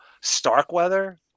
Starkweather